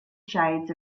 shades